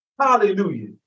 Hallelujah